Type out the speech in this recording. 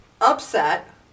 upset